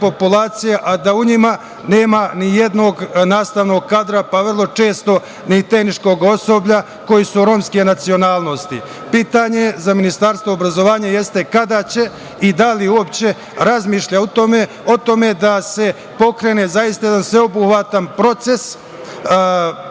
a da u njima nema ni jednog nastavnog kadra, pa vrlo često ni tehničkog osoblja koji su romske nacionalnosti. Pitanje za Ministarstvo obrazovanja jeste kada će i da li uopšte razmišlja o tome da se pokrene zaista jedan sveobuhvatan proces